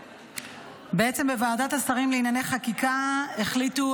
בוועדת השרים לענייני חקיקה החליטו